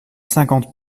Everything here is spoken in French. cinquante